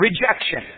rejection